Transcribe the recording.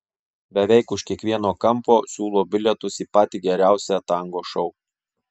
beveik už kiekvieno kampo siūlo bilietus į patį geriausią tango šou